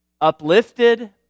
uplifted